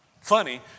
Funny